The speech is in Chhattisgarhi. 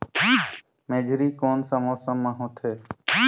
मेझरी कोन सा मौसम मां होथे?